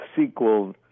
sequel